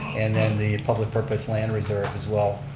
and then the public purpose land reserve as well,